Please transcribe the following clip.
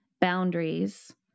boundaries